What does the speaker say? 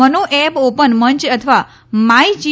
મનો app open મંચ અથવા માઇ જી